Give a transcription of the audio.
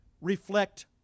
reflect